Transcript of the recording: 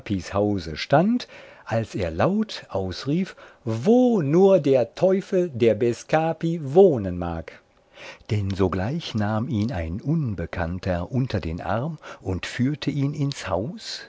hause stand als er laut ausrief wo nur der teufel der bescapi wohnen mag denn sogleich nahm ihn ein unbekannter unter den arm und führte ihn ins haus